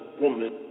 woman